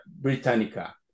Britannica